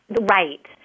right